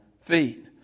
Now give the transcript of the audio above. feet